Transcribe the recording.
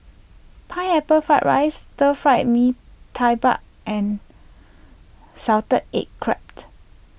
Pineapple Fried Rice Stir Fry Mee Tai Mak and Salted Egg Crab